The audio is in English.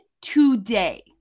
today